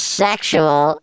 sexual